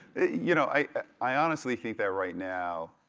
you know i honestly think that right now,